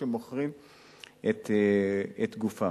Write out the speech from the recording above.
שמוכרים את גופם.